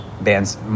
bands